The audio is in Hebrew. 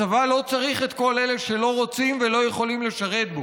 הצבא לא צריך את כל אלה שלא רוצים ולא יכולים לשרת בו.